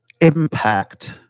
impact